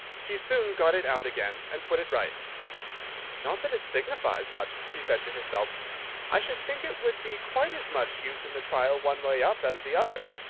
she soon got it out again, and put it right not that it signifies much, she said to herself i should think it would be quite as much use in the trial one way up as the other.